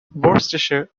worcestershire